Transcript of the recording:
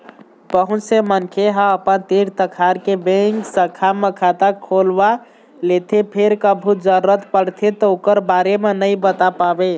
बहुत से मनखे ह अपन तीर तखार के बेंक शाखा म खाता खोलवा लेथे फेर कभू जरूरत परथे त ओखर बारे म नइ बता पावय